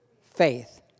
faith